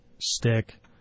stick